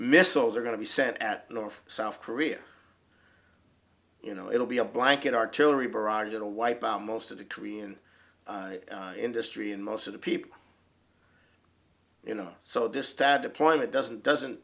missiles are going to be set at north south korea you know it'll be a blanket artillery barrage at a wipe out most of the korean industry and most of the people you know so this stat deployment doesn't doesn't